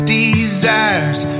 desires